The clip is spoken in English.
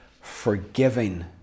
forgiving